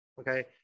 Okay